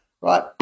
Right